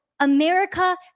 America